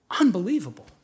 unbelievable